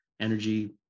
energy